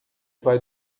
vai